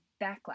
backlash